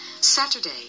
Saturday